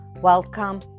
Welcome